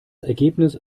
ergebnis